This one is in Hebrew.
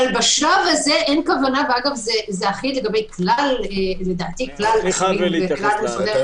אבל בשלב הזה אין כוונה וזה אחיד לדעתי לגבי כלל משרדי הממשלה